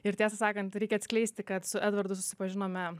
ir tiesą sakant reikia atskleisti kad su edvardu susipažinome